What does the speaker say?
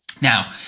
Now